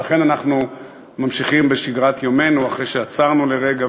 ולכן אנחנו ממשיכים בשגרת יומנו אחרי שעצרנו לרגע